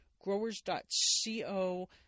growers.co